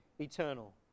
eternal